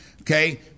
Okay